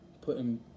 Putting